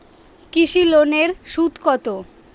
কৃষি লোনের সুদ কত?